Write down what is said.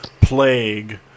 plague